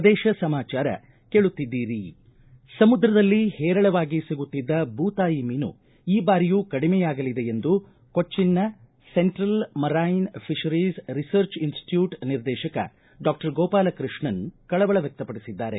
ಪ್ರದೇಶ ಸಮಾಚಾರ ಕೇಳುತ್ತಿದ್ದೀರಿ ಸಮುದ್ರದಲ್ಲಿ ಹೇರಳವಾಗಿ ಸಿಗುತ್ತಿದ್ದ ಬೂತಾಯಿ ಮೀನು ಈ ಬಾರಿಯೂ ಕಡಿಮೆಯಾಗಲಿದೆ ಎಂದು ಕೊಚ್ವಿನ್ನ central marine fisheries research institute ನಿರ್ದೇಶಕ ಡಾಕ್ಟರ್ ಗೋಪಾಲಕೃಷ್ಣನ್ ಕಳವಳ ವ್ಯಕ್ತ ಪಡಿಸಿದ್ದಾರೆ